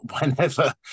whenever